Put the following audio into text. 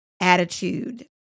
attitude